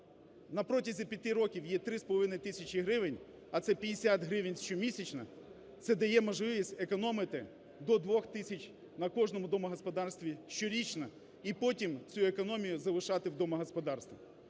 на протязі 5 років є 3,5 тисячі гривень, а це 50 гривень щомісячно, це дає можливість економити до 2 тисяч на кожному домогосподарстві щорічно, і потім цю економію залишати в домогосподарствах.